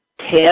ten